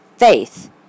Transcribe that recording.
Faith